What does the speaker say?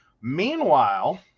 meanwhile